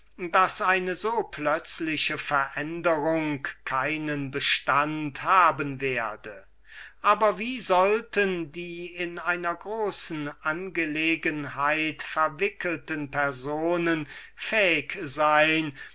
daß eine so plötzliche veränderung keinen bestand haben werde aber wie sollten die in einer großen angelegenheit verwickelten personen fähig sein